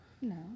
No